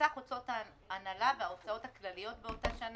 וסך הוצאות ההנהלה וההוצאות הכלליות באותה שנת